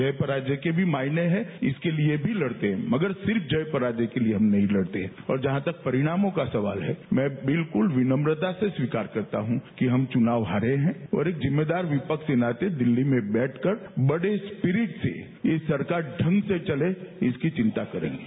जय पराजय के भी मायने है इसके लिए भी लड़ते हैं मगर सिर्फ जय पराजय के लिए हम नहीं लख्ते और जहां तक परिणामों का सवाल है मैं बिल्कल विनक्रता से स्वीकार करता हूं कि हम चुनाव हारे हैं और एक जिम्मेदार विप्स के नाते दिल्ली में बैठकर बड़े स्प्रीट से ये सरकार ढंग से चले इसकी चिंता करेंगे